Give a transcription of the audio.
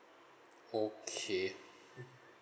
okay mmhmm